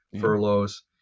furloughs